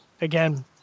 again